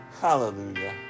Hallelujah